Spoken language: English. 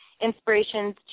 inspirations